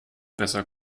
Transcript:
besser